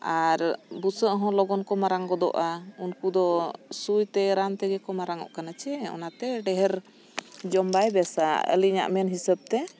ᱟᱨ ᱵᱩᱥᱟᱹᱜ ᱦᱚᱸ ᱞᱚᱜᱚᱱ ᱠᱚ ᱢᱟᱨᱟᱝ ᱜᱚᱫᱚᱜᱼᱟ ᱩᱱᱠᱩ ᱫᱚ ᱥᱩᱭᱛᱮ ᱨᱟᱱ ᱛᱮᱜᱮ ᱠᱚ ᱢᱟᱨᱟᱼᱚᱜ ᱠᱟᱱᱟ ᱪᱮ ᱚᱱᱟᱛᱮ ᱰᱷᱮᱨ ᱡᱚᱢ ᱵᱟᱭ ᱵᱮᱥᱟ ᱟᱹᱞᱤᱧᱟᱜ ᱢᱮᱱ ᱦᱤᱥᱟᱹᱵᱛᱮ